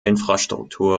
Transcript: infrastruktur